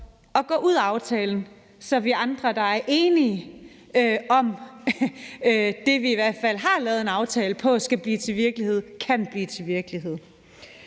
at gå ud af aftalen, så det, vi i hvert fald har lavet en aftale på skal blive til virkelighed, kan til virkelighed,